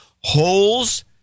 holes